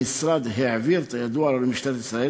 המשרד העביר את הידוע לו למשטרת ישראל,